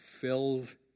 filled